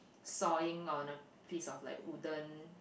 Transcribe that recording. sawing on a piece of like wooden